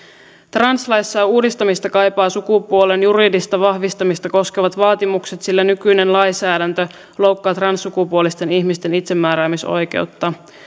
translaissa uudistamista kaipaa sukupuolen juridista vahvistamista koskevat vaatimukset sillä nykyinen lainsäädäntö loukkaa transsukupuolisten ihmisten itsemääräämisoikeutta